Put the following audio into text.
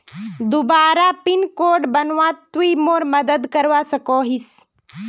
दोबारा pin code बनवात तुई मोर मदद करवा सकोहिस?